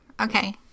okay